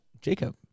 Jacob